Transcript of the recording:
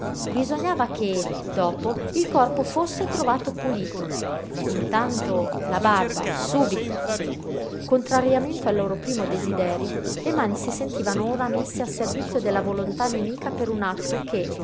bisognava che dopo il corpo fosse trovato pulito intanto la barba subito contrariamente al loro primo desiderio le mani si sentivano ora messe a servizio della volontà nemica per un atto che